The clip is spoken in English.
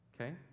okay